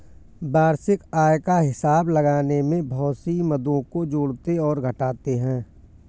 वार्षिक आय का हिसाब लगाने में बहुत सी मदों को जोड़ते और घटाते है